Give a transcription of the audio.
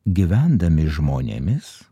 gyvendami žmonėmis